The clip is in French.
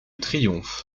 triomphe